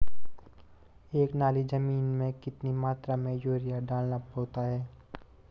एक नाली जमीन में कितनी मात्रा में यूरिया डालना होता है?